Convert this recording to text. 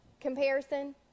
comparison